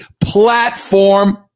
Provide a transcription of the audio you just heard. platform